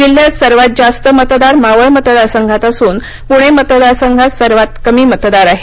जिल्ह्यात सर्वात जास्त मतदार मावळ मतदार संघात असून पुणे मतदार संघात सर्वात कमी मतदार आहेत